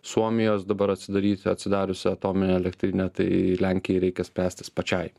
suomijos dabar atsidaryti atsidariusi atominė elektrinė tai lenkijai reikia spręstis sparčiai